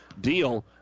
deal